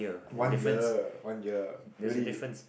one year one year really